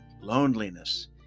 loneliness